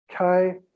Okay